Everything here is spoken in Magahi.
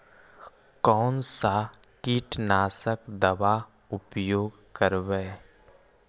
कोन सा कीटनाशक दवा उपयोग करबय?